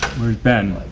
where's ben?